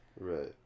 Right